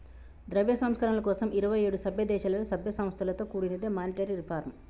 ద్రవ్య సంస్కరణల కోసం ఇరవై ఏడు సభ్యదేశాలలో, సభ్య సంస్థలతో కూడినదే మానిటరీ రిఫార్మ్